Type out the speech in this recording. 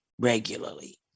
regularly